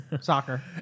soccer